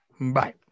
bye